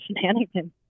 shenanigans